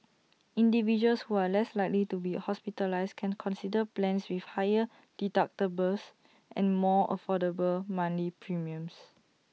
individuals who are less likely to be hospitalised can consider plans with higher deductibles and more affordable monthly premiums